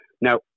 Now